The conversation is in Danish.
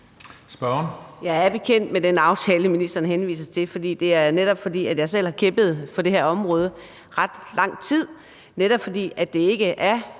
Jeg er bekendt med den aftale, ministeren henviser til, netop fordi jeg selv har kæmpet for det her område i ret lang tid, netop fordi det ikke er